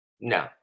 no